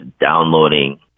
downloading